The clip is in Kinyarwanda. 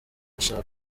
ashaka